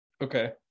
Okay